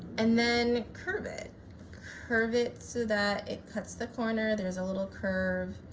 and then curve it curve it so that it cuts the corner there's a little curve,